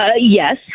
Yes